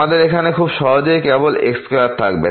আমাদের এখানে খুব সহজেই কেবল x square থাকবে